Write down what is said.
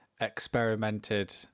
experimented